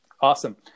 Awesome